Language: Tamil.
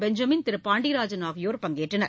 பெஞ்சமின் திரு பாண்டியராஜன் ஆகியோர் பங்கேற்றனர்